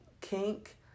kink